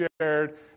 shared